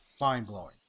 mind-blowing